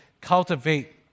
cultivate